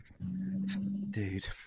dude